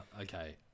Okay